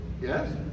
yes